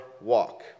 walk